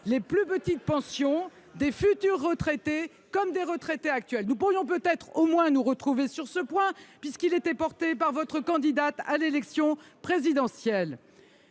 les plus petites pensions des futurs retraités comme des retraités actuels. Nous pourrions peut-être au moins nous retrouver sur ce point, puisqu'il était défendu par votre candidate à l'élection présidentielle